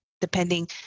depending